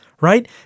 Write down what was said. right